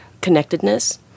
connectedness